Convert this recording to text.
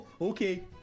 okay